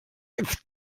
ist